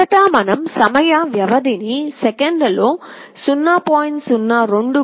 మొదట మనం సమయ వ్యవధిని సెకన్లలో 0